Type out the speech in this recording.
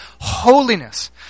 holiness